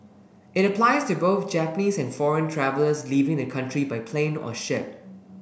it applies to both Japanese and foreign travellers leaving the country by plane or ship